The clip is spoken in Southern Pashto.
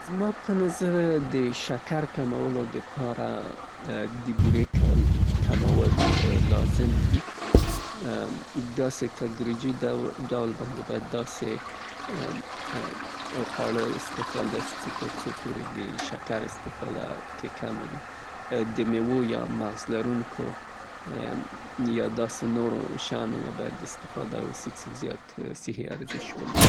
د بورې د مصرف د کمولو د پاره پراسس شوو خوړو کې د هغوی لېبلونه باید ولوستل سي. ټول هغه خواړه باید انتخاب سي څه طبعي شکر لري. او که په تدریجي شکل باندې د خوږو، خوږولو د پاره غذا باید د هغه څه نه کار واخیستل سي څې هغه طبعې شکر ولري.